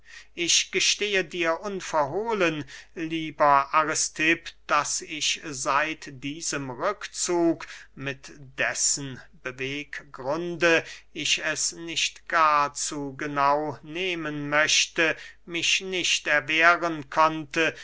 ich gestehe dir unverhohlen lieber aristipp daß ich seit diesem rückzug mit dessen beweggrunde ich es nicht gar zu genau nehmen möchte mich nicht erwehren konnte